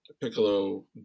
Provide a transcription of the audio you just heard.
Piccolo